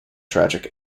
tragic